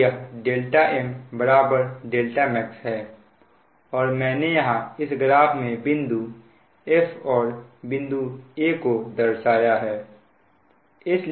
और यह δm δmax है और मैंने यहां इस ग्राफ में बिंदु f और बिंदु a को दर्शाया है